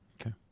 Okay